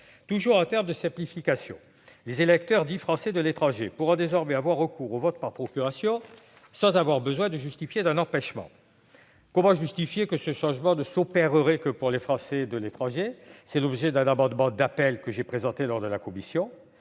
Toujours en termes de simplification, les électeurs dits « Français de l'étranger » pourront désormais avoir recours au vote par procuration sans avoir besoin de justifier d'un empêchement. Comment justifier que ce changement ne s'applique qu'aux Français de l'étranger ? Cette interrogation est à l'origine d'un amendement d'appel que j'ai présenté devant la commission.